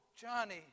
Johnny